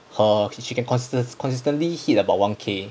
uh she can constant~ constantly hit about one k